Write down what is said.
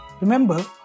Remember